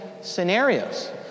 scenarios